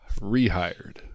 rehired